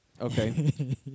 Okay